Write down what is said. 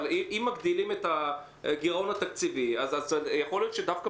אם מגדילים את הגירעון התקציבי אז יכול להיות שדווקא